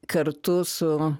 kartu su